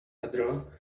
pedro